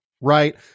right